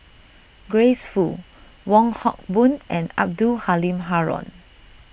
Grace Fu Wong Hock Boon and Abdul Halim Haron